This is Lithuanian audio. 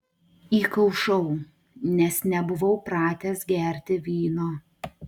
įkaušau nes nebuvau pratęs gerti vyno